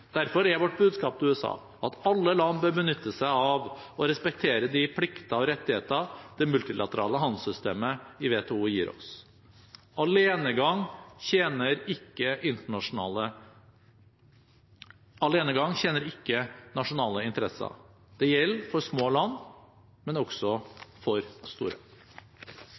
Derfor er vårt budskap til USA at alle land bør benytte seg av og respektere de plikter og rettigheter det multilaterale handelssystemet i WTO gir oss. Alenegang tjener ikke nasjonale interesser. Det gjelder for små land, men også for store.